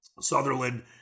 Sutherland